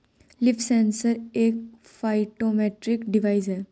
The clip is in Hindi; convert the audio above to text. लीफ सेंसर एक फाइटोमेट्रिक डिवाइस है